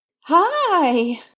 Hi